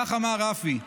כך אמר רפי: